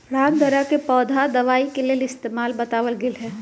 रामदाना के पौधा दवाई के इस्तेमाल बतावल गैले है